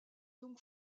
donc